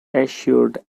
assured